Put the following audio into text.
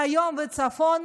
מהיום וצפונה,